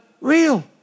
real